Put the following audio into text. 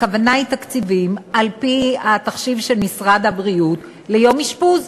הכוונה היא לתקציבים על-פי התחשיב של משרד הבריאות ליום אשפוז,